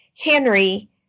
Henry